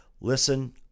listen